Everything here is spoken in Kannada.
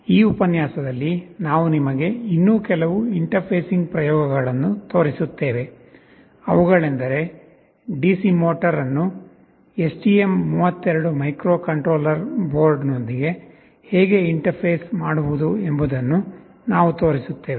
ಈ ಉಪನ್ಯಾಸದಲ್ಲಿ ನಾವು ನಿಮಗೆ ಇನ್ನೂ ಕೆಲವು ಇಂಟರ್ಫೇಸಿಂಗ್ ಪ್ರಯೋಗಗಳನ್ನು ತೋರಿಸುತ್ತೇವೆ ಅವುಗಳೆಂದರೆ ಡಿಸಿ ಮೋಟರ್ ಅನ್ನು ಎಸ್ಟಿಎಂ32 ಮೈಕ್ರೊಕಂಟ್ರೋಲರ್ ಬೋರ್ಡ್ ನೊಂದಿಗೆ ಹೇಗೆ ಇಂಟರ್ಫೇಸ್ ಮಾಡುವುದು ಎಂಬುದನ್ನು ನಾವು ತೋರಿಸುತ್ತೇವೆ